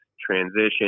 transition